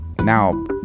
Now